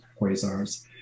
quasars